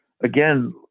again